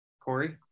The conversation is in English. Corey